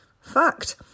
Fact